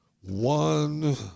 one